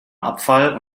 abfall